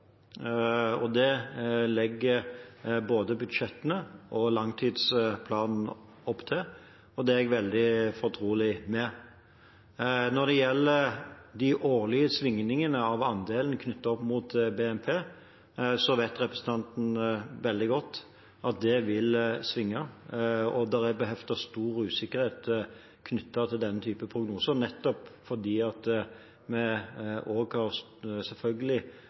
Det legger både budsjettene og langtidsplanen opp til, og det er jeg veldig fortrolig med. Til de årlige svingningene i andelen knyttet opp mot BNP: Representanten vet veldig godt at det vil svinge, og denne typen prognoser er beheftet med stor usikkerhet, nettopp fordi det også, selvfølgelig, er stor usikkerhet knyttet til hvordan BNP blir fra år til år. Nå er vi